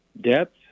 Depth